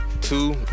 two